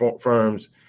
firms